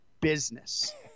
business